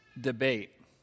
debate